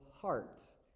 hearts